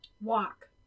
Walk